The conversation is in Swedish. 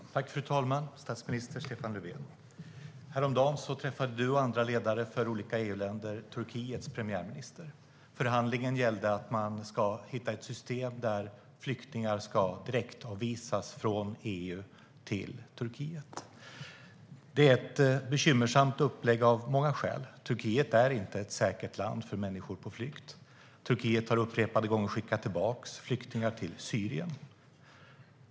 Fru talman! Häromdagen träffade statsminister Stefan Löfven och andra ledare för olika EU-länder Turkiets premiärminister. Förhandlingen gällde att hitta ett system där flyktingar ska direktavvisas från EU till Turkiet. Det är ett bekymmersamt upplägg av många skäl. Turkiet är inte ett säkert land för människor på flykt. Turkiet har upprepade gånger skickat tillbaka flyktingar till Syrien.